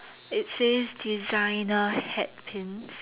it says designer hat pins